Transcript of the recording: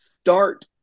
start